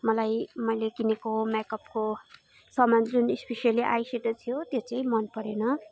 मलाई मैले किनेको मेकपको सामान जुन स्पेसियली आई सेडो त्यो चाहिँ मन परेन